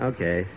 Okay